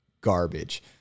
garbage